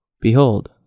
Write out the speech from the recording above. Behold